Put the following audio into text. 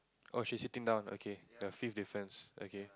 oh she's sitting down okay the fifth difference okay